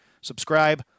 subscribe